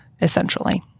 essentially